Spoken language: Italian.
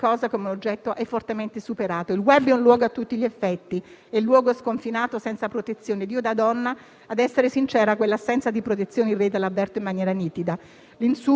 Oggi quelle campagne, probabilmente, non susciterebbero più scandalo e tutte le più alte cariche dello Stato si esprimono pubblicamente contro la violenza sulle donne,